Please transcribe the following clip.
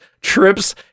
trips